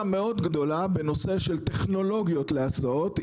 בנושא של טכנולוגיות להסעות.